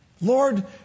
Lord